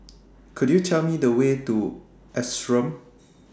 Could YOU Tell Me The Way to The Ashram